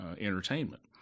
entertainment